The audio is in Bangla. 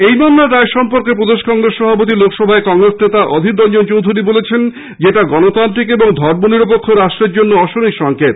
এই মামলার রায় সম্পর্কে প্রদেশ কংগ্রেস সভাপতি লোকসভায় কংগ্রেসের দলনেতা অধীররঞ্জন চৌধুরি বলেন এটা গণতান্ত্রিক ও ধর্ম নিরপেক্ষ রাষ্ট্রের জন্য অশনি সংকেত